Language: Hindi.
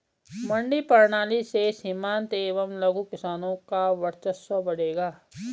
मंडी प्रणाली से सीमांत एवं लघु किसानों का वर्चस्व बढ़ेगा